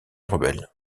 rebelles